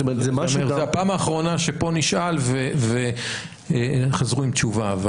בפעם האחרונה שפה נשאל וחזרו עם תשובה.